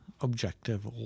objective